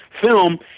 film